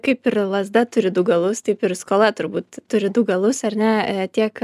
kaip ir lazda turi du galus taip ir skola turbūt turi du galus ar ne tiek